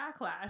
backlash